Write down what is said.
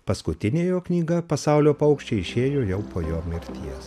paskutinė jo knyga pasaulio paukščiai išėjo jau po jo mirties